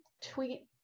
tweet